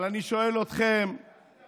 אבל אני שואל אתכם, אל תדאג,